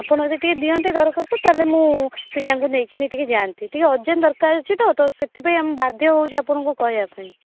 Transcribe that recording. ଆପଣ ଟିକେ ଦିଅନ୍ତେ ଦରଖାସ୍ତ ତାହାଲେ ମୁଁ ପିଲାଙ୍କୁ ନେଇକି ଟିକେ ଯାଆନ୍ତି ଟିକେ ଅରଜେଣ୍ଟ ଦରକାର ଅଛି ତ ସେଥିପାଇଁ ମୁଁ ବାଧ୍ୟ ହେଉଛି ଆପଣଙ୍କୁ କହିବା ପାଇଁ